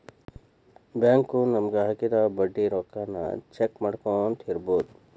bank ನಮಗ ಹಾಕಿದ ಬಡ್ಡಿ ರೊಕ್ಕಾನ ಚೆಕ್ ಮಾಡ್ಕೊತ್ ಇರ್ಬೊದು